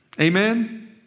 Amen